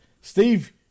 Steve